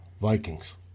Vikings